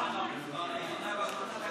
לאחר הנאום אפשר יהיה